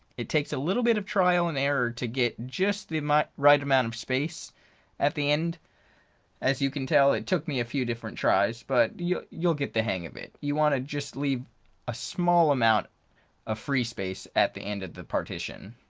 it takes a little bit of trial and error to get just the right amount of space at the end as you can tell it took me a few different tries but you'll get the hang of it you want to just leave a small amount of free space at the end of the partition.